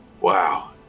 Wow